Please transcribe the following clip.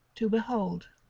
to behold.